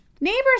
Neighbors